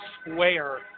square